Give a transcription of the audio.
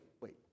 wait